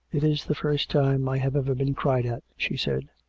it is the first time i have ever been cried at, she said.